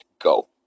go